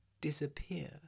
disappear